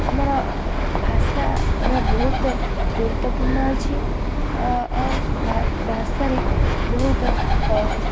ଆମର ଭାଷାର ବହୁତ ଗୁରୁତ୍ୱପୂର୍ଣ୍ଣ ଅଛି ଆଉ ଭାଷାରେ ବହୁତ